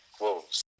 wolves